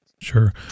sure